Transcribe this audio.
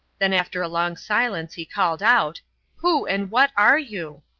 then after a long silence he called out who and what are you?